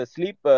Sleep